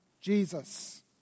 Jesus